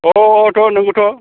अह थ' नोंगौथ'